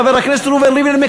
חבר הכנסת רובי ריבלין.